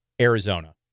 Arizona